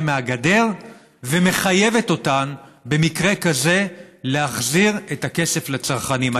מהגדר ומחייבת אותן במקרה כזה להחזיר את הכסף לצרכנים.